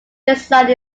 design